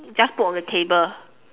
just put on the table